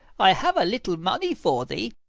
i have a little money for thee.